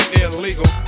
illegal